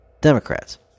Democrats